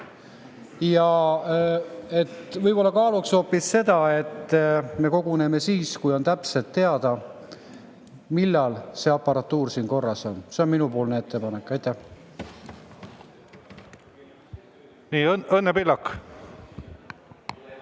Võib-olla kaaluks hoopis seda, et me koguneme siis, kui on täpselt teada, millal see aparatuur siin korras on. See on minupoolne ettepanek. Ma tänan selle